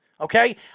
okay